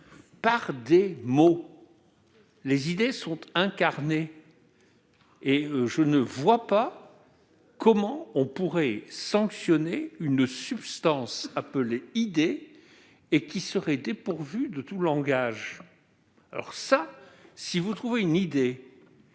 avec des mots ! Les idées sont incarnées, et je ne vois pas comment on pourrait sanctionner une substance appelée idée qui serait dépourvue de tout langage ... Si vous trouvez une idée